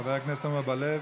חבר הכנסת עמר בר-לב,